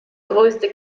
größte